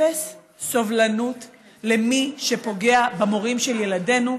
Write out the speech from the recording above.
אפס סובלנות למי שפוגע במורים של ילדינו,